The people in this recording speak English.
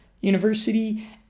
University